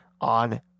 on